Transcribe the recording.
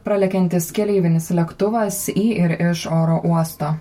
pralekiantis keleivinis lėktuvas į ir iš oro uosto